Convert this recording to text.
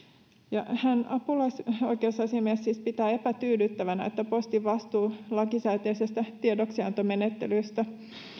apulaisoikeusasiamies siis pitää epätyydyttävänä että postin vastuu lakisääteisistä tiedoksiantomenettelyistä on